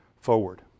forward